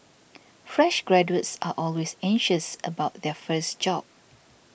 fresh graduates are always anxious about their first job